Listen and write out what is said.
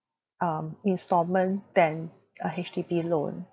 um instalment than a H_D_B loan